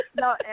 No